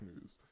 news